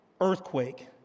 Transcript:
earthquake